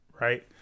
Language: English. right